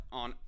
on